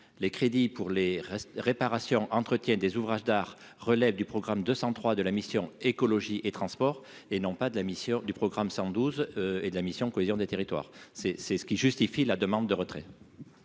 les crédits pour les restes réparation entretien des ouvrages d'art relève du programme 203 de la mission Écologie et transport et non pas de la mission du programme 112 et de la mission cohésion des territoires c'est c'est ce qui justifie la demande de retrait.